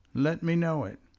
let me know it.